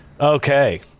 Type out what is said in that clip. Okay